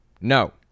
No